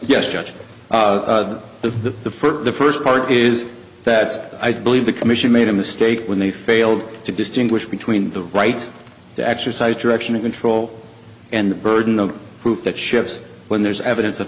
yes judge the the first the first part is that i believe the commission made a mistake when they failed to distinguish between the right to exercise directional control and the burden of proof that ships when there's evidence of